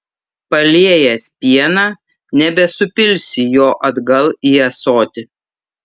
paliejęs pieną nebesupilsi jo atgal į ąsotį